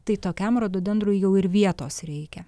tai tokiam rododendrui jau ir vietos reikia